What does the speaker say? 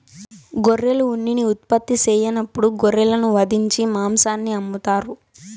గొర్రెలు ఉన్నిని ఉత్పత్తి సెయ్యనప్పుడు గొర్రెలను వధించి మాంసాన్ని అమ్ముతారు